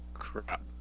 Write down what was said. crap